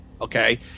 Okay